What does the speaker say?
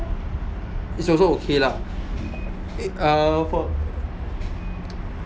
is also okay lah uh for